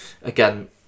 again